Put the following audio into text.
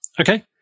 Okay